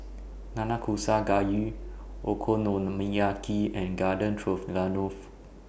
Nanakusa Gayu Okonomiyaki and Garden Stroganoff